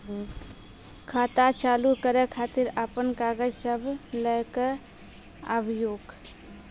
खाता चालू करै खातिर आपन कागज सब लै कऽ आबयोक?